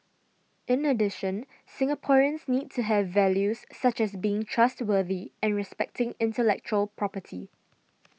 in addition Singaporeans need to have values such as being trustworthy and respecting intellectual property